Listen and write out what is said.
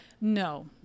no